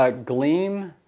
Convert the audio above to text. ah glean,